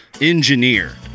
engineer